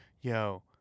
yo